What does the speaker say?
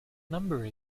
number